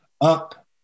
up